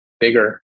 bigger